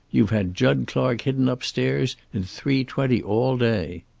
you've had jud clark hidden upstairs in three-twenty all day.